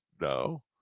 no